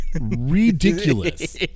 ridiculous